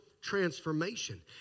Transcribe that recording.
transformation